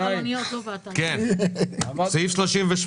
סעיף 38